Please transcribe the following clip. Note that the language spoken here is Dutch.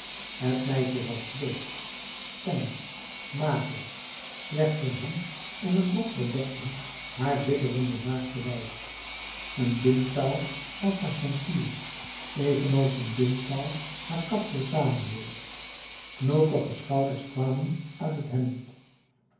het meisje was bleek tenger mager slechts een hemd en een rok bedekten haar bibberende naakte lijf een bindtouw was haar ceintuur evenals een bindtouw haar kapsel samenhield knokige schouders kwamen uit het hemd